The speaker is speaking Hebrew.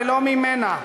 ולא ממנה,